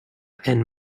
and